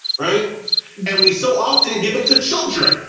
right and we so often give it to children,